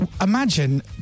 imagine